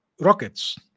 rockets